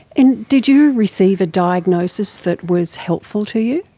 and did you receive a diagnosis that was helpful to you?